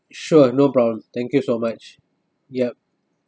sure no problem thank you so much yup